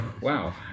Wow